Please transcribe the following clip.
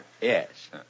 Yes